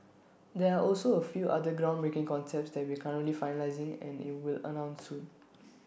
there are also A few other groundbreaking concepts that we currently finalising and IT will announce soon